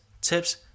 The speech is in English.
tips